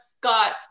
got